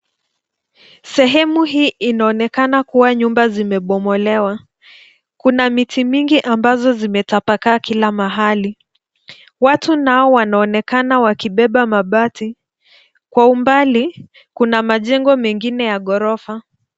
Sehemu hii inaonekana kuwa nyumba zimebomolewa. Kuna miti mingi ambazo zimetapakaa kila mahali. Watu nao wanaonekana wakibeba mabati. Kwa umbali kuna majengo mengine ya gorofa.